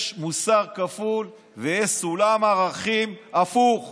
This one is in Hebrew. יש מוסר כפול ויש סולם ערכים הפוך,